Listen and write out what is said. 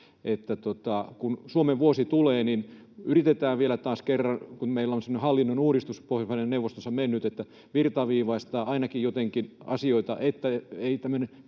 kun Suomen vuosi tulee, niin yritetään vielä taas kerran, kun meillä on semmoinen hallinnon uudistus Pohjoismaiden neuvostossa mennyt, että virtaviivaistetaan asioita ainakin jotenkin, että ei tämmöinen